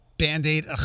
Band-aid